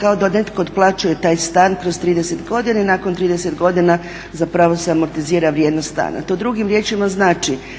kao da netko otplaćuje taj stan kroz 30 godina i nakon 30 godina zapravo se amortizira vrijednost stana. To drugim riječima znači,